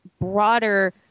broader